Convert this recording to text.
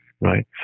right